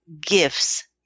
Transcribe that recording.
gifts